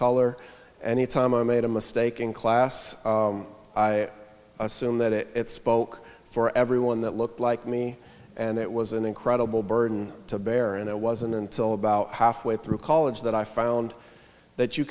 color any time i made a mistake in class i assume that it spoke for everyone that looked like me and it was an incredible burden to bear and it wasn't until about halfway through college that i found that you